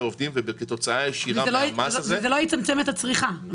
עובדים וכתוצאה ישירה --- וזה לא יצמצם את הצריכה.